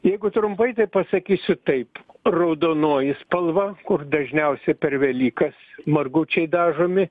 jeigu trumpai pasakysiu taip raudonoji spalva kur dažniausiai per velykas margučiai dažomi